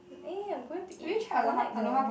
eh I'm going to eat but I like the